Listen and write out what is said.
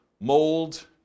mold